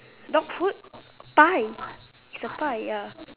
dog food pie it's a pie ya